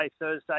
Thursday